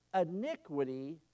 iniquity